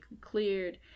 cleared